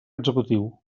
executiu